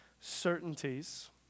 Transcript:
certainties